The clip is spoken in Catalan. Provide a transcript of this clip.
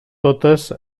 totes